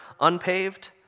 unpaved